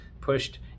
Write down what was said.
pushed